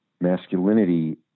masculinity